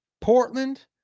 Portland